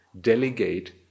delegate